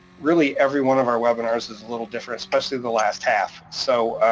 really every one of our webinars is a little different, especially the last half, so